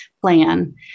plan